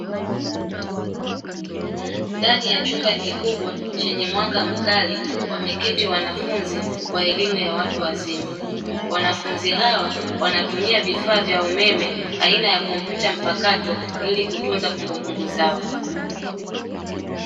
Ndani ya chumba kikubwa chenye mwanga mkali, wameketi wanafunzi wa elimu ya watu wazima. Wanafunzi hawa wanatumia vifaa vya umeme aina ya kompyuta mpakato ili kutunza kumbukumbu zao.